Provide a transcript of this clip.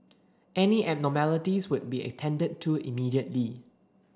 any abnormalities would be attended to immediately